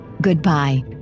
Goodbye